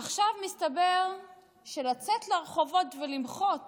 עכשיו מסתבר שלצאת לרחובות ולמחות